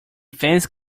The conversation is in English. fence